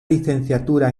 licenciatura